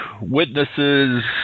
witnesses